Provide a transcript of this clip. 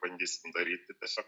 bandysim daryti tiesiog